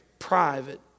Private